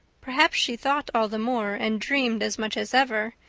perhaps she thought all the more and dreamed as much as ever,